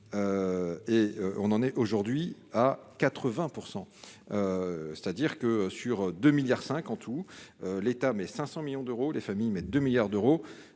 et on en est aujourd'hui à 80 % c'est-à-dire que sur 2 milliards 5 tout l'État met 500 millions d'euros, les familles, mais 2 milliards d'euros,